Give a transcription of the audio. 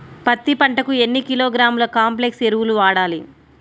పత్తి పంటకు ఎన్ని కిలోగ్రాముల కాంప్లెక్స్ ఎరువులు వాడాలి?